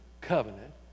covenant